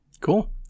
Cool